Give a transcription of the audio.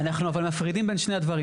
אנחנו אבל מפרידים בין הדברים.